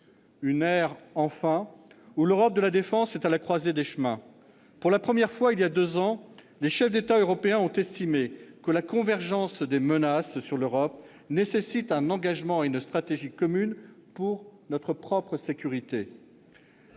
Une ère, enfin, où l'Europe de la défense est à la croisée des chemins. Pour la première fois, il y a deux ans, les chefs d'État européens ont estimé que la convergence des menaces sur l'Europe nécessitait un engagement et une stratégie commune pour notre propre sécurité.